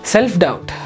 Self-doubt